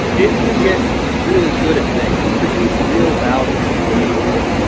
if you get really good at things you produce real value for the world,